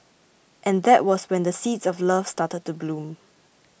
and that was when the seeds of love started to bloom